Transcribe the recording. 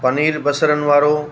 पनीर बसरनि वारो